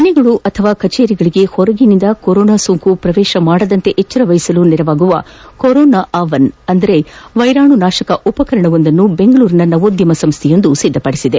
ಮನೆಗಳು ಅಥವಾ ಕಚೇರಿಗಳಗೆ ಹೊರಗಿನಿಂದ ಕೊರೊನಾ ಸೋಂಕು ಪ್ರವೇತಿಸದಂತೆ ಎಚ್ಡರವಹಿಸಲು ನೆರವಾಗುವ ಕೊರೊನಾ ಅವನ್ ಅಂದರೆ ವೈರಾಣುನಾಶಕ ಉಪಕರಣವೊಂದನ್ನು ಬೆಂಗಳೂರಿನ ನವೋದ್ಯಮ ಸಂಸ್ಥೆಯೊಂದು ಸಿದ್ದಪಡಿಸಿದೆ